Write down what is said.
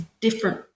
different